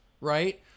right